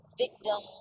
victim